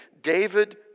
David